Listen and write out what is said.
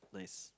nice